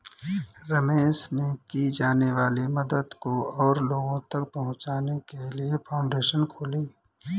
रमेश ने की जाने वाली मदद को और लोगो तक पहुचाने के लिए फाउंडेशन खोली